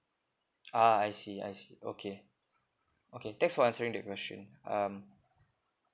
ah I see I see okay okay thanks for answering the question um